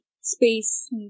space